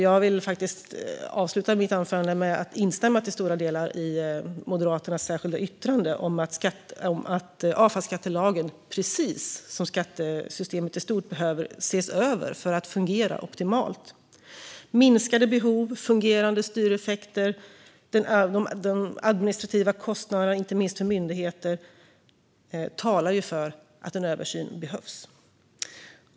Jag vill avsluta mitt anförande med att till stora delar instämma i Moderaternas särskilda yttrande om att avfallsskattelagen precis som skattesystemet i stort behöver ses över för att fungera optimalt. Minskade behov, fungerande styreffekter och inte minst administrativa kostnader för myndigheter talar för att en översyn behövs.